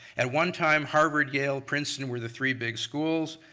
at one time, harvard, yale, princeton were the three big schools.